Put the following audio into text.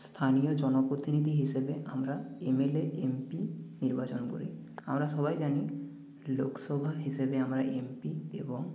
স্থানীয় জনপ্রতিনিধি হিসেবে আমরা এমএলএ এমপি নির্বাচন করি আমরা সবাই জানি লোকসভা হিসেবে আমরা এমপি এবং